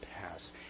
pass